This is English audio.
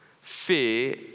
fear